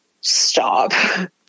stop